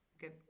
good